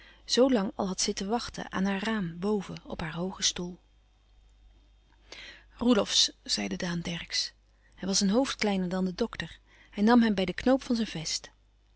zoo lang al had zitten wachten aan haar raam boven op haar hoogen stoel roelofsz zeide daan dercksz hij was een hoofd kleiner dan de dokter hij nam hem bij de knoop van zijn vest